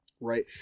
Right